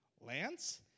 Lance